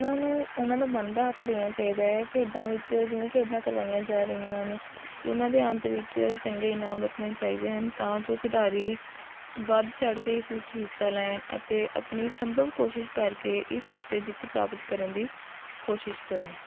ਉਨ੍ਹਾਂ ਨੂੰ ਉਨ੍ਹਾਂ ਦਾ ਬਣਦਾ ਹੱਕ ਦੇਣਾ ਚਾਹੀਦਾ ਹੈ ਖੇਡਾਂ ਵਿੱਚ ਜਿਵੇਂ ਖੇਡਾਂ ਕਰਵਾਈਆਂ ਜਾ ਰਹੀਆਂ ਹਨ ਉਨ੍ਹਾਂ ਦੇ ਅੰਤ ਵਿੱਚ ਚੰਗੇ ਇਨਾਮ ਰੱਖਣੇ ਚਾਹੀਦੇ ਹਨ ਤਾਂ ਜੋ ਖਿਡਾਰੀ ਵੱਧ ਚੜ੍ਹ ਕੇ ਇਸ ਵਿੱਚ ਹਿੱਸਾ ਲੈਣ ਅਤੇ ਆਪਣੀ ਸੰਭਵ ਕੋਸ਼ਿਸ਼ ਕਰ ਕੇ ਇਸ ਉੱਤੇ ਜਿੱਤ ਪ੍ਰਾਪਤ ਕਰਨ ਦੀ ਕੋਸ਼ਿਸ਼ ਕਰਨ